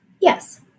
Yes